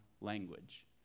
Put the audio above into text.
language